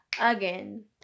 again